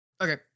Okay